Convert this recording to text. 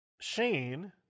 Shane